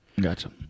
Gotcha